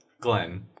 Glenn